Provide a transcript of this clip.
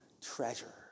treasure